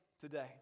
today